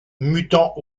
mutant